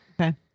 Okay